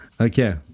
Okay